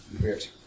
weird